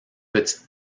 petite